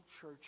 church